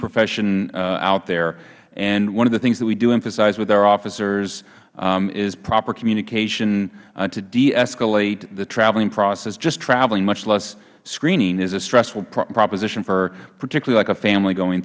profession out there and one of the things that we do emphasize with our officers is proper communication to de escalate the traveling process just traveling much less screening is a stressful proposition for particularly like a family going